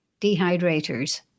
Dehydrators